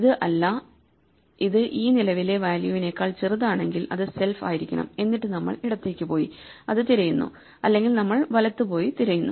ഇത് അല്ല ഇത് ഈ നിലവിലെ വാല്യൂവിനേക്കാൾ ചെറുതാണെങ്കിൽ അത് സെൽഫ് ആയിരിക്കണം എന്നിട്ട് നമ്മൾ ഇടത്തേക്ക് പോയി അത് തിരയുന്നു അല്ലെങ്കിൽ നമ്മൾ വലത്തേക്ക് പോയി തിരയുന്നു